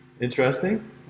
interesting